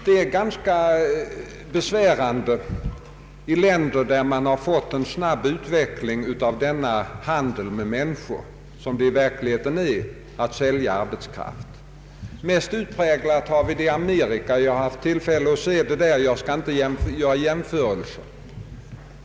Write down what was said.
Detta är ganska besvärande i länder där man har fått en snabb utveckling av denna handel med människor som det faktiskt innebär att sälja arbetskraft. Mest utpräglat är detta i Ameri ka, där jag har haft tillfälle att studera förhållandena. Jag skall inte göra jämförelser.